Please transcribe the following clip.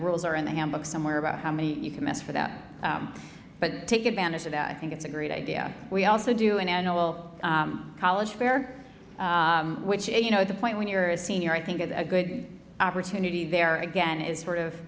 rules are in the handbook somewhere about how many you can miss for that but take advantage of that i think it's a great idea we also do an annual college fair which you know at the point when you're a senior i think is a good opportunity there again is sort